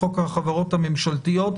מחוק החברות הממשלתיות.